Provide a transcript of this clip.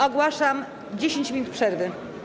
Ogłaszam 10 minut przerwy.